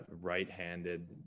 right-handed